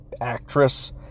actress